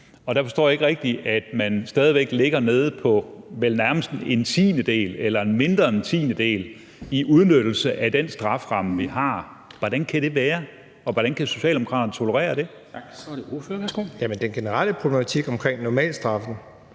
Der forstår jeg ikke rigtig, at man stadig væk ligger nede på vel nærmest en tiendedel eller mindre end en tiendedel i udnyttelse af den strafferamme, som vi har. Hvordan kan det være? Og hvordan kan Socialdemokraterne tolerere det? Kl. 13:39 Formanden (Henrik Dam Kristensen):